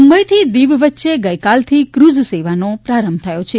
મુંબઈથી દીવ વચ્ચે ગઈકાલથી ફ્રઝ સેવાનો પ્રારંભ થયો છે